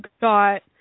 got